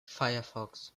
firefox